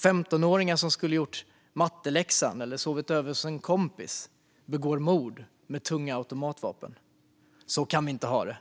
15-åringar som skulle ha gjort matteläxan eller sovit över hos en kompis begår i stället mord med tunga automatvapen. Så kan vi inte ha det.